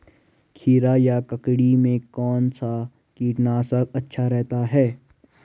खीरा या ककड़ी में कौन सा कीटनाशक अच्छा रहता है?